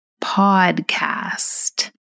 podcast